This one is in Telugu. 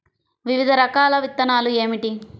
వివిధ రకాల విత్తనాలు ఏమిటి?